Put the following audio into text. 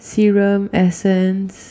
serum essence